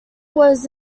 was